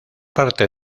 parte